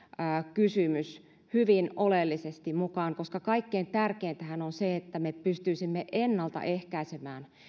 kysymys hyvin oleellisesti mukaan koska kaikkein tärkeintähän on se että me pystyisimme ennaltaehkäisemään